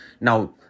Now